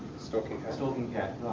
stalking cat. stalking cat.